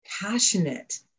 passionate